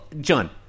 John